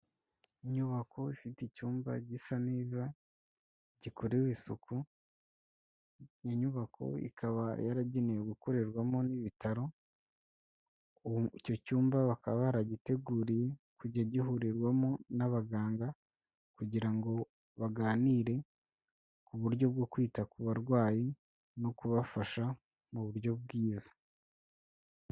Inyubako ifite icyumba gisa neza, gikorewe isuku, inyubako ikaba yaragenewe gukorerwamo n'ibitaro, ubu icyo cyumba bakaba baragiteguriye kujya gihurirwamo n'abaganga, kugira ngo baganire, ku buryo bwo kwita ku barwayi, no kubafasha mu buryo bwiza.